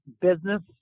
business